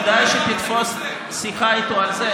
כדאי שתתפוס שיחה איתו על זה,